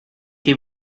che